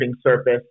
Surface